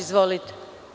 Izvolite.